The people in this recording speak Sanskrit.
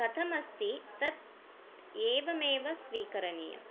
कथम् अस्ति तत् एवमेव स्वीकरणीयं